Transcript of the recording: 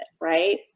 right